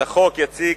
את החוק יציג,